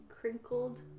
Crinkled